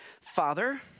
Father